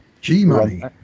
G-Money